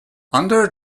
under